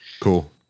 Cool